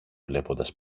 βλέποντας